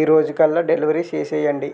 ఈ రోజుకల్లా డెలివరి చేసేయండి